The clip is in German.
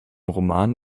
roman